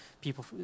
people